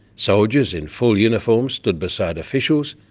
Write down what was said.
soldiers in full uniform stood beside officials,